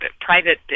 private